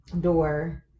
door